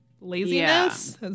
laziness